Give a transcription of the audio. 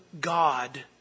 God